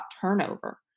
turnover